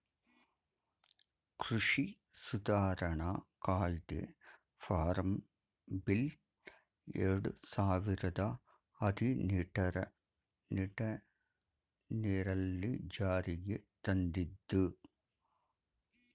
ಕೃಷಿ ಸುಧಾರಣಾ ಕಾಯ್ದೆ ಫಾರ್ಮ್ ಬಿಲ್ ಎರಡು ಸಾವಿರದ ಹದಿನೆಟನೆರಲ್ಲಿ ಜಾರಿಗೆ ತಂದಿದ್ದು